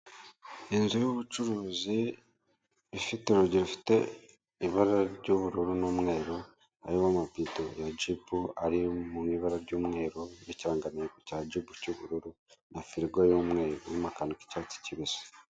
Inzu y'ubucuruzi ifite urugi rufite ibara ry'ubururu n'umweru harimo amabido ya jibu ari mu ibara ry'umweru n'ikirangantego cya jibu cy'bururu na firigo y'umweru irimo akantu k'icyatsi kibisi.